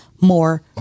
more